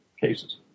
cases